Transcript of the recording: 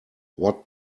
what